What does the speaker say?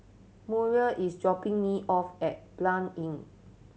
Muriel is dropping me off at Blanc Inn